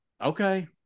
okay